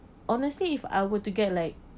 honestly if I were to get like